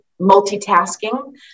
multitasking